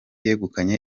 yegukanye